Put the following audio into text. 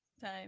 time